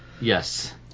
Yes